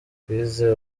twize